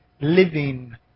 living